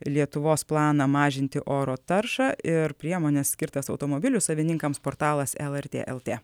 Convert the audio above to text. lietuvos planą mažinti oro taršą ir priemones skirtas automobilių savininkams portalas lrt lt